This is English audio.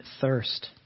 thirst